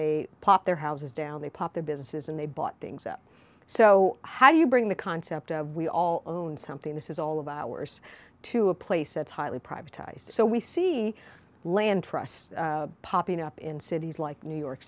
they pop their houses down they pop their businesses and they bought things up so how do you bring the concept we all own something this is all of ours to a place that's highly privatized so we see land trust popping up in cities like new york